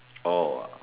oh